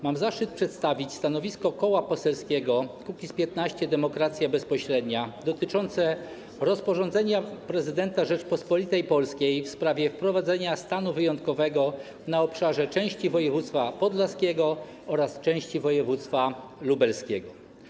Mam zaszczyt przedstawić stanowisko Koła Poselskiego Kukiz’15 - Demokracja Bezpośrednia dotyczące rozporządzenia prezydenta Rzeczypospolitej Polskiej w sprawie wprowadzenia stanu wyjątkowego na obszarze części województwa podlaskiego oraz części województwa lubelskiego.